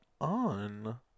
on